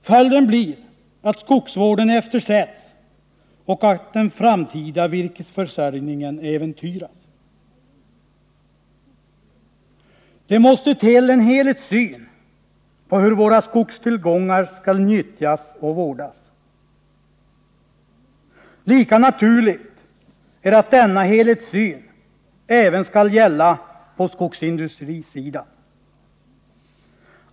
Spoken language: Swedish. Följden blir att skogsvården eftersätts och att den framtida virkesförsörjningen äventyras. Det måste till en helhetssyn på hur våra skogstillgångar skall nyttjas och vårdas. Lika naturligt är att denna helhetssyn även skall gälla på skogsindustrisidan.